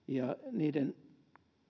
niiden